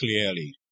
clearly